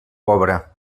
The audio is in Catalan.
pobra